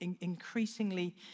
increasingly